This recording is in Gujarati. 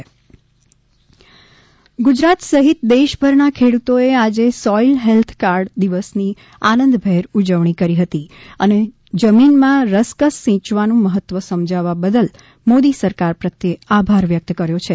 સોઇલ ફેલ્થ કાર્ડ દિવસ ઉજવણી ગુજરાત સહિત દેશભર ના ખેડૂતો એ આજે સોઇલ હેલ્થ કાર્ડ દિવસ ની આનંદભેર ઉજવણી કરી હતી અને જમીન માં રસકસ સિંચવાનું મહત્વ સમજાવવા બદલ મોદી સરકાર પ્રત્યે આભાર વ્યકત કર્યો છે